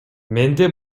менде